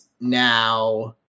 now